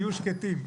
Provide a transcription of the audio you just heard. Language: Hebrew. תהיו שקטים,